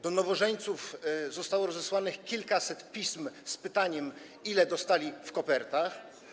Do nowożeńców zostało rozesłanych kilkaset pism z pytaniem, ile dostali w kopertach.